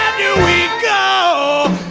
do we go,